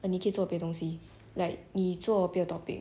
你可以做别的东西 like 你做别的 topic